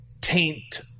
taint